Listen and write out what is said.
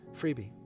freebie